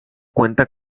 cuenta